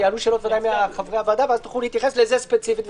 ויעלו בוודאי שאלות של חברי הוועדה ואז תוכלו להתייחס לזה ספציפית,